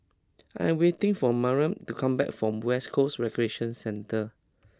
I am waiting for Mariam to come back from West Coast Recreation Centre